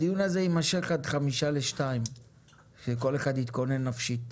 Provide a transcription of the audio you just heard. הדיון הזה יימשך עד 13:55. שכל אחד יתכונן נפשית.